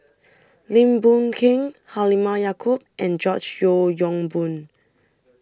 Lim Boon Keng Halimah Yacob and George Yeo Yong Boon